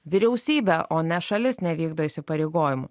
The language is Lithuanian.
vyriausybė o ne šalis nevykdo įsipareigojimų